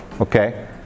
Okay